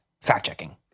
fact-checking